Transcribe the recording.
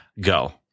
Go